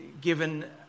given